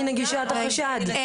הנה גישת החשד, הנה היא.